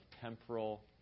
temporal